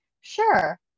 Sure